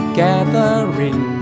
gathering